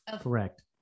Correct